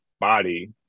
body